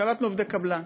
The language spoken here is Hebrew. קלטנו עובדי קבלן.